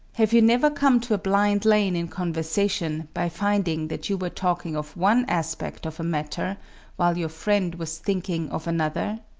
have you never come to a blind lane in conversation by finding that you were talking of one aspect of a matter while your friend was thinking of another?